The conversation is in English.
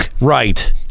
right